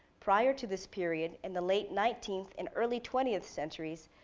prior to this period in the late nineteenth and early twentieth centuries,